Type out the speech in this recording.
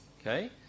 Okay